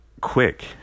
quick